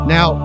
Now